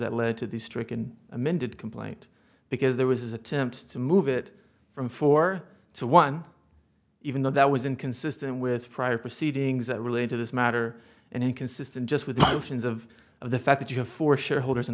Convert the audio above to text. that led to the stricken amended complaint because there was attempts to move it from four to one even though that was inconsistent with prior proceedings that relate to this matter and inconsistent just with the options of the fact that you have four shareholders in